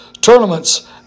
tournaments